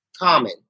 common